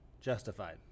justified